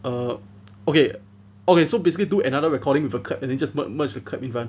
err okay okay so basically do another recording with a clap and then just mer~ merge the clap in lah